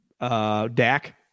Dak